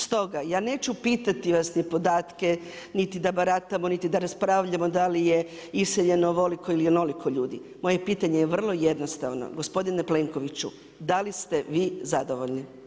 Stoga, ja neću pitati vas ni podatke, niti da baratamo, niti da raspravljamo da li je iseljeno ovoliko ili onoliko ljudi, moje pitanje je vrlo jednostavno, gospodine Plenkoviću, da li ste vi zadovoljni?